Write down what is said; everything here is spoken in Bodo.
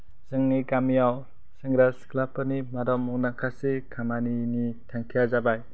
जोंनि गामियाव सेंग्रा सिख्लाफोरनि मादाव मुंदांखासिन खामानिनि थांखिया जाबाय